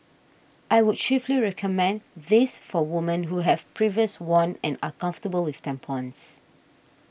I would chiefly recommend this for women who have previous worn and are comfortable with tampons